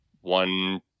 one